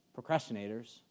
procrastinators